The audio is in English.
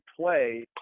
play